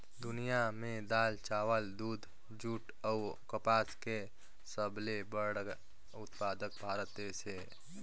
दुनिया में दाल, चावल, दूध, जूट अऊ कपास के सबले बड़ा उत्पादक भारत देश हे